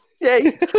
Yay